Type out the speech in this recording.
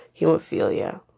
hemophilia